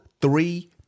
three